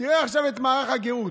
תראה עכשיו את מערך הגרות,